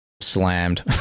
slammed